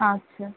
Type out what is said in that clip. আচ্ছা